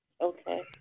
Okay